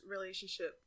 relationship